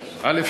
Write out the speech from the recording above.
א.